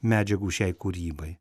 medžiagų šiai kūrybai